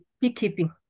beekeeping